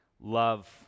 love